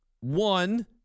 one